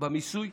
ממיסוי,